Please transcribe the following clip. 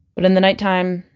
but in the nighttime,